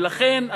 ולכן,